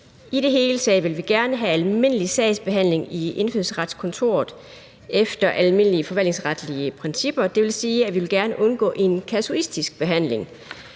I det hele taget vil vi gerne have almindelig sagsbehandling i Indfødsretskontoret efter almindelige forvaltningsretlige principper. Det vil sige, at vi gerne vil undgå en kasuistisk behandling,